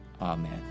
amen